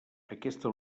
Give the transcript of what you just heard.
aquesta